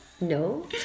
No